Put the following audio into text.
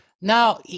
Now